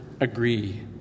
agree